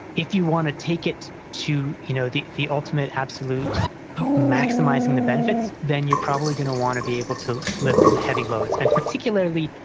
if you want to take it to you know the the ultimate, absolute maximizing the benefits, then you're probably going to want to be able to lift with the heavy loads and particularly,